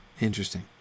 Interesting